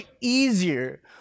easier